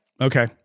okay